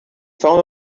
found